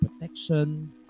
protection